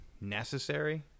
necessary